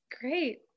great